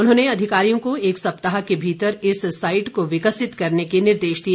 उन्होंने अधिकारियों को एक सप्ताह के भीतर इस साईट को विकसित करने के निर्देश दिए